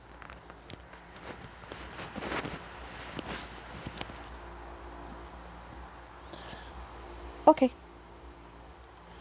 okay